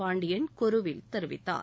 பாண்டியன் கொருவில் தெரிவித்தார்